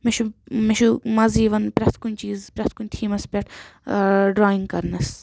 مےٚ چھُ مےٚ چھُ مَزٕ یِوان پرٮ۪تھ کُنہِ چیٖزس پرٮ۪تھ کُنہِ تھیٖمَس پٮ۪ٹھ ڈرایِنٛگ کرنَس